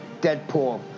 Deadpool